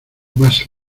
más